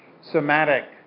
somatic